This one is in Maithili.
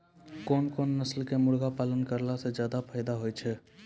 कोन कोन नस्ल के मुर्गी पालन करला से ज्यादा फायदा होय छै?